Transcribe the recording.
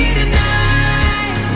tonight